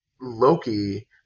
Loki